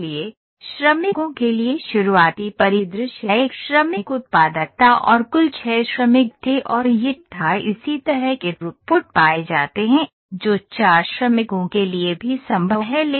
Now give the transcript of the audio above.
इसलिए श्रमिकों के लिए शुरुआती परिदृश्य एक श्रमिक उत्पादकता और कुल 6 श्रमिक थे और यह था इसी तरह के थ्रूपुट पाए जाते हैं जो 4 श्रमिकों के लिए भी संभव है